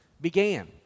began